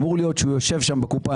אמור להיות שהוא יושב שם בקופה.